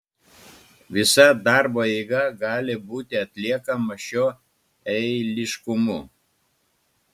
visa darbo eiga gali būti atliekama šiuo eiliškumu